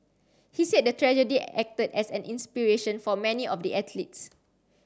he said the tragedy acted as an inspiration for many of the athletes